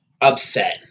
upset